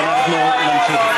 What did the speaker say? ואנחנו נמשיך,